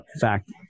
fact